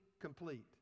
complete